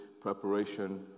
Preparation